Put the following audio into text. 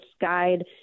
guide